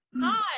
Hi